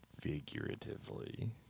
figuratively